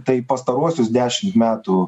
tai pastaruosius dešimt metų